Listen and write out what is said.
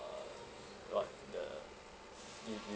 uh about the you you